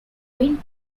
wind